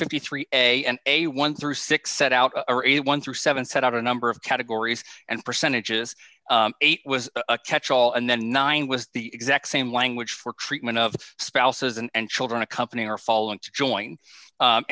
fifty three a and a one through six set out or eighty one through seven set out a number of categories and percentages eight was a catchall and then nine was the exact same language for treatment of spouses and children a company or fall into join